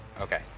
Okay